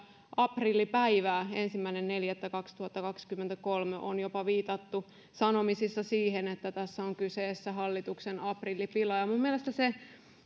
aprillipäivää ensimmäinen neljättä kaksituhattakaksikymmentäkolme on jopa viitattu sanomisissa siihen että tässä on kyseessä hallituksen aprillipila minun mielestäni